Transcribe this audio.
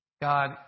God